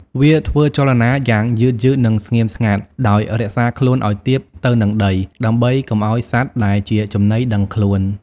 វាធ្វើចលនាយ៉ាងយឺតៗ និងស្ងៀមស្ងាត់ ដោយរក្សាខ្លួនឲ្យទាបទៅនឹងដី ដើម្បីកុំឲ្យសត្វដែលជាចំណីដឹងខ្លួន។